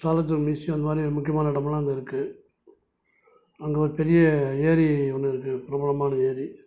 ஸஹர் Jung museum மாதிரி முக்கியமான இடம்லாம் அங்கே இருக்குது அங்கே ஒரு பெரிய ஏரி ஒன்று இருக்குது பிரபலமான ஏரி